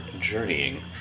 journeying